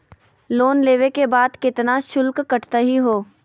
Loan लेवे के बाद केतना शुल्क कटतही हो?